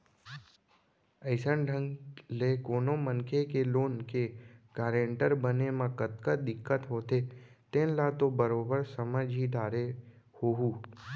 अइसन ढंग ले कोनो मनखे के लोन के गारेंटर बने म कतका दिक्कत होथे तेन ल तो बरोबर समझ ही डारे होहूँ